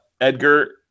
Edgar